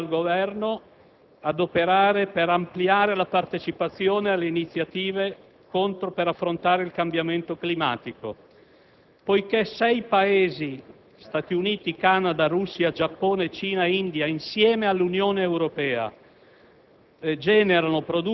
La mozione impegna il Governo ad operare per ampliare la partecipazione a iniziative per affrontare il cambiamento climatico. Poiché sei Paesi (Stati Uniti, Canada, Russia, Giappone, Cina e India), insieme all'Unione Europea,